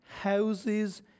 Houses